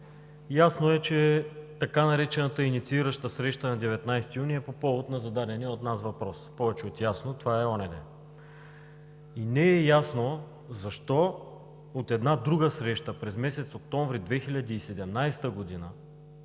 Ясно е, че така наречената инициираща среща на 19 юни е по повод на зададения от нас въпрос – повече от ясно, това е онзи ден. И не е ясно защо от една друга среща – през месец октомври 2017 г.